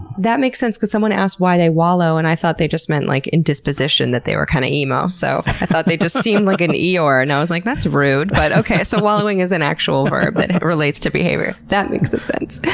that makes sense because someone asked why they wallow and i thought they just meant, like, in disposition that they were kinda kind of emo, so. i thought they just seemed like an eeyore and i was like, that's rude. but okay, so wallowing is an actual word that but relates to behavior. that makes sense.